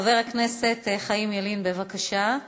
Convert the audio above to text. חבר הכנסת חיים ילין, בבקשה.